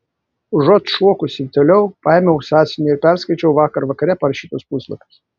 užuot šokusi toliau paėmiau sąsiuvinį ir perskaičiau vakar vakare parašytus puslapius